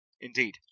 Indeed